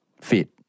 fit